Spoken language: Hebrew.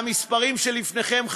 והמספרים שלפניכם,